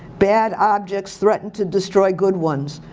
bad objects threaten to destroy good ones.